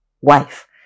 wife